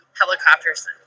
helicopters